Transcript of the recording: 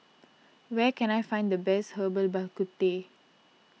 where can I find the best Herbal Bak Ku Teh